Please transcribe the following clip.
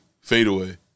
fadeaway